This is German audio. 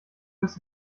ist